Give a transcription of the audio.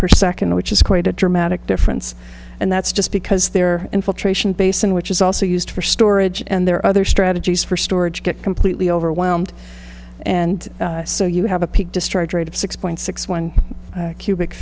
per second which is quite a dramatic difference and that's just because they're in filtration basin which is also used for storage and there are other strategies for storage get completely overwhelmed and so you have a peak discharge rate of six point six one cubic